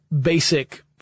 basic